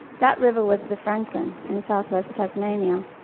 that river was the franklin, in south-west tasmania.